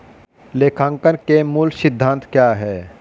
लेखांकन के मूल सिद्धांत क्या हैं?